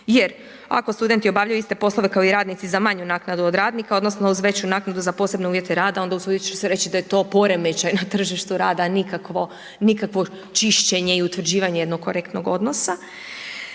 jer ako studenti obavljaju iste poslove kao i radnici za manju naknadu od radnika odnosno uz veću naknadu za posebne uvjete rada onda usudit ću se reći da je to poremećaj na tržištu rada, a nikakvog čišćenje i utvrđivanje jednog korektnog odnosa.